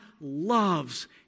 loves